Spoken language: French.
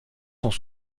sont